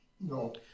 No